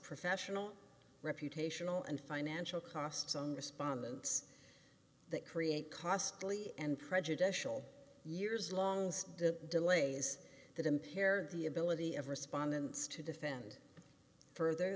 professional reputational and financial costs on respondents that create costly and prejudicial years long delays that impair the ability of respondents to defend further